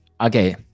okay